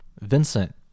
Vincent